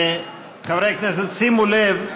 חברי הכנסת, שימו לב.